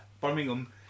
Birmingham